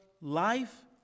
life